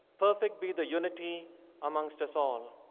perfect be the unity amongst us all.